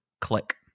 Click